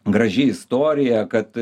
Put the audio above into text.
graži istorija kad